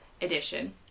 edition